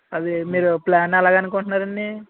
అదీ మీరు ప్లాన్ ఎలాగా అనుకుంటున్నారండి